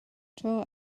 dro